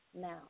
now